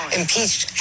impeached